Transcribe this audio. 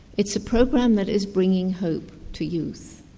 it's a program that is bringing hope to youth.